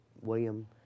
William